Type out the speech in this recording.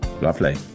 Lovely